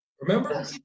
Remember